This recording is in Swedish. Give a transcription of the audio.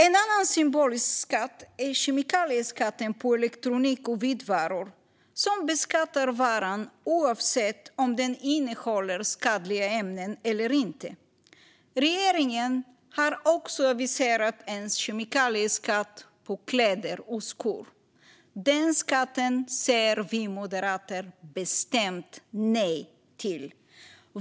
En annan symbolisk skatt är kemikalieskatten på elektronik och vitvaror, som beskattar varan oavsett om den innehåller skadliga ämnen eller inte. Regeringen har också aviserat en kemikalieskatt på kläder och skor. Den skatten säger vi moderater bestämt nej till.